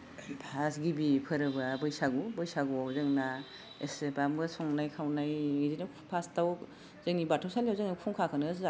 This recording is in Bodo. फास गिबि फोरबोआ बैसागु बैसागुवाव जोंना एसेबांबो संनाय खावनाय इदिनो फास्थाव जोंनि बाथौ सालिआव जोङो खुंखाखोनो जायो